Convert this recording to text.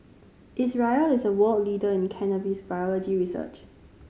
Israel is a world leader in cannabis biology research